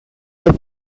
with